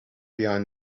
behind